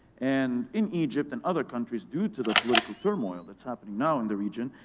and in egypt and other countries, due to the political turmoil, that's happening now in the region,